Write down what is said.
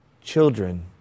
children